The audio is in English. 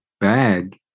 bag